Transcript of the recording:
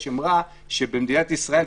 יש אמרה שבמדינת ישראל,